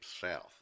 south